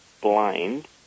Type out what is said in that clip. blind